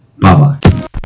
Bye-bye